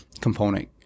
component